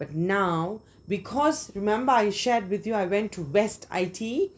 but now because remember I shared with you I went to west I_T_E